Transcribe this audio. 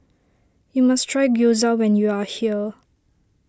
you must try Gyoza when you are here